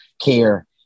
care